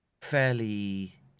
fairly